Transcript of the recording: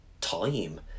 time